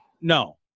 No